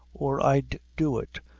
or i'd do it,